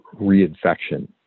reinfection